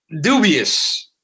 Dubious